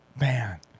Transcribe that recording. Man